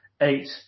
eight